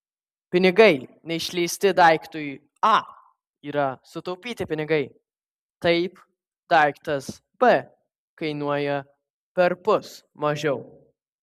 pinigai neišleisti daiktui a yra sutaupyti pinigai taip daiktas b kainuoja perpus mažiau